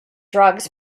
drugs